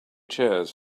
cheers